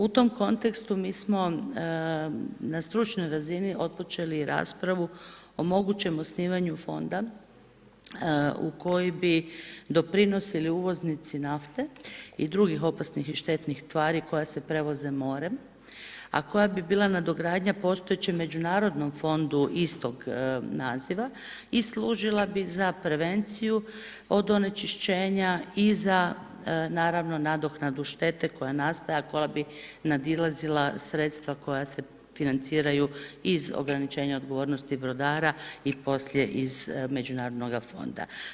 U tom kontekstu mi smo na stručnoj razini otpočeli raspravu o mogućem osnivanju fonda u koji bi doprinosili uvoznici nafte i drugih opasnih i štetnih tvari koja se prevoze morem, a koja bi bila nadogradnja postojeće međunarodnom fondu istog naziva i služila bi za prevenciju od onečišćenja i za naravno nadoknadu štete koja nastaje, a koja bi nadilazila sredstva koja se financiranju iz ograničenja odgovornosti brodara i poslije iz međunarodnoga fonda.